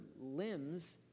limbs